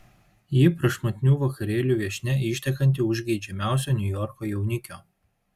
ji prašmatnių vakarėlių viešnia ištekanti už geidžiamiausio niujorko jaunikio